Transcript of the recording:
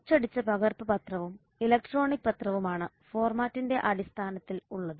അച്ചടിച്ച പകർപ്പ് പത്രവും ഇലക്ട്രോണിക് പത്രവുമാണ് ഫോർമാറ്റിന്റെ അടിസ്ഥാനത്തിൽ ഉള്ളത്